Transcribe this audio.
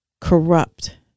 corrupt